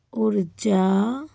ਊਰਜਾ